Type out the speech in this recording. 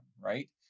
right